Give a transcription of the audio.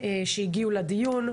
שהגיעו לדיון.